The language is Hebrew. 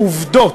בעובדות,